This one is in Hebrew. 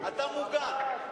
אתה מוגן.